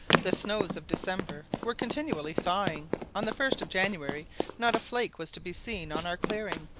the snows of december were continually thawing on the first of january not a flake was to be seen on our clearing,